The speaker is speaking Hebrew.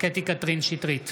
קטי קטרין שטרית,